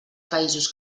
països